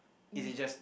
is it just